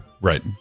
Right